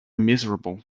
miserable